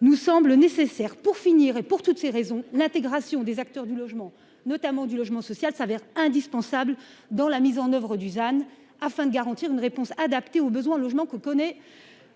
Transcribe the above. nous semble nécessaire pour finir et pour toutes ces raisons, l'intégration des acteurs du logement, notamment du logement social s'avère indispensable dans la mise en oeuvre Dusan afin de garantir une réponse adaptée aux besoins logement que connaît